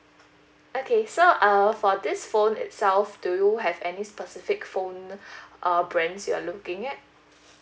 okay so uh for this phone itself do you have any specific phone uh brands you are looking at